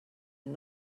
and